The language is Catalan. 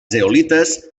zeolites